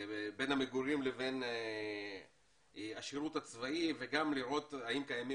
בין המגורים לבין השירות הצבאי וגם לראות האם קיימים